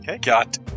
Got